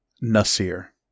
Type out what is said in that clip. Nasir